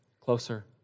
closer